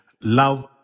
love